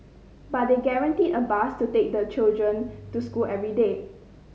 but they guaranteed a bus to take the children to school every day